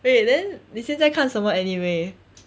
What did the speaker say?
wait then 你现在看什么 anime